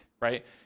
right